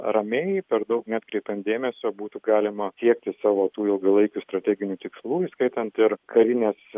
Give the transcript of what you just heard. ramiai per daug neatkreipiant dėmesio būtų galima siekti savo tų ilgalaikių strateginių tikslų įskaitant ir karinės